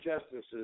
justices